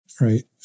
Right